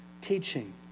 teaching